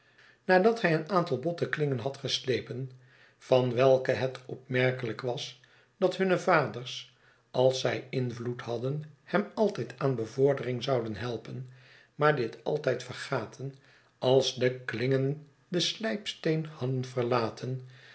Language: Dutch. nadat hij een aantal botte klingen had geslepen van welke het opmerkelijk was dat hunne vaders als zij invloed hadden hem altijd aan bevordering zouden helpen maar dit altijd vergaten als de klingen den slijpsteen hadden verlaten